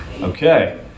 Okay